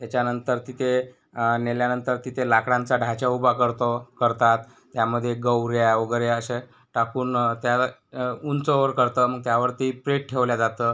येच्यानंतर तिथे नेल्यानंतर तिथे लाकडांचा ढाचा उभा करतो करतात त्यामध्ये गोवऱ्या वगैरे अशा टाकून त्याला उंच वर करतं मग त्यावर ते प्रेत ठेवलं जातं